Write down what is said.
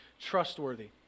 trustworthy